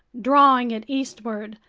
drawing it eastward,